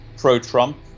pro-Trump